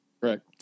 correct